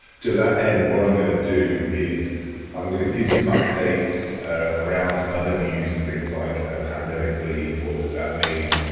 to that end, what i'm gonna do is i'm gonna give some updates around some other news, things like pandemic leave, what does that mean?